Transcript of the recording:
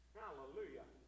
hallelujah